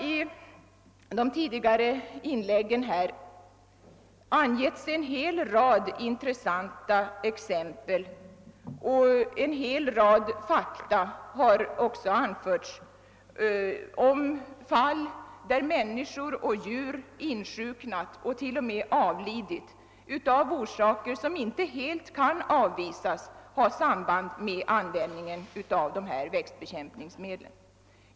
I de tidigare inläggen har anförts en hel rad fakta om fall där människor och djur insjuknat och t.o.m. avlidit av orsaker som inte helt kan frånkännas samband med användningen av växtbekämpningsmedel.